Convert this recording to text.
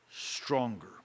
stronger